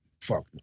Fuck